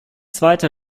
zweite